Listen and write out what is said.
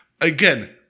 Again